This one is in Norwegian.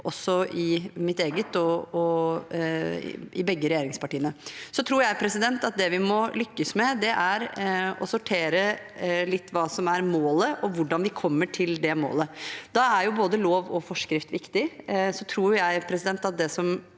og i begge regjeringspartiene, også mitt eget. Jeg tror at det vi må lykkes med, er å sortere hva som er målet, og hvordan vi kommer til det målet. Da er både lov og forskrift viktig. Så tror jeg at det som